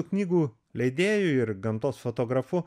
knygų leidėju ir gamtos fotografu